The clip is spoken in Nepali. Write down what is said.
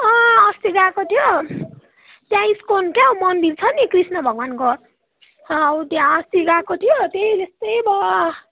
अस्ति गएको थियो त्यहाँ स्कोन क्याउ मन्दिर छ नि कृष्णा भगवान्को हौ त्यहाँ अस्ति गएको थियो त्यो त्यस्तै भयो